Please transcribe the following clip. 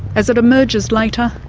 as it emerges later,